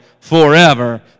forever